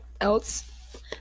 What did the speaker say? else